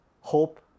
hope